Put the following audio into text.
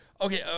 okay